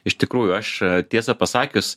iš tikrųjų aš tiesą pasakius